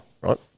Right